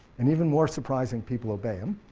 and even more surprising, people obey him,